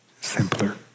Simpler